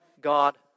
God